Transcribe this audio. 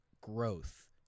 growth